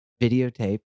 videotape